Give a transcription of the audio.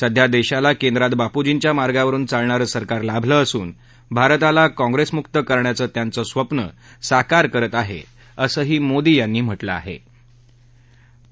सध्या दक्षीला केंद्रात बापूजींच्या मार्गावरुन चालणारं सरकार लाभलं असून भारताला काँप्रस्मुक्त करण्याचं त्यांचं स्वप्न साकार करत आह असंही मोदी यांनी म्हटलं आहा